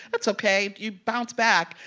that's ok you bounce back.